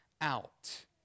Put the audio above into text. out